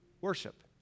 worship